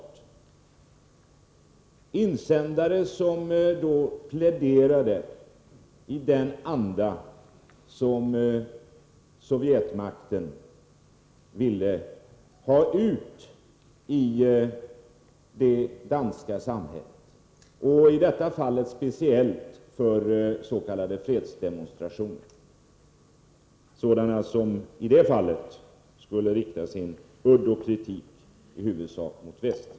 Det var insändare som pläderade i den anda som Sovjetmakten ville få ut i det danska samhället — i detta fall propaganda för s.k. fredsdemonstrationer, som skulle rikta sin udd och kritik i huvudsak mot väst.